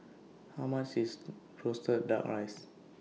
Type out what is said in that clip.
How much IS Roasted Duck Rice